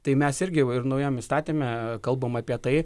tai mes irgi ir naujam įstatyme kalbam apie tai